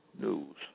News